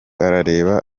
arareba